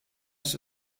ist